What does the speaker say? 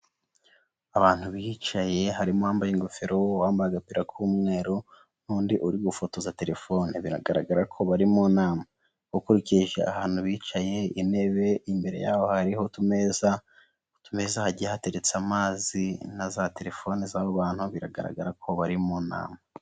Abantu bicaye harimo uwambaye ingofero uwambaye agapira k'umweru, n'undi uri gufotoza telefoni biragaragara ko bari mu nama. Ukurikije ahantu bicaye intebe imbere yaho hariho utumeza, utumeza hagiye hateretse amazi na za telefone z'abo bantu biragaragara ko bari mu nama.